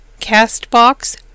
CastBox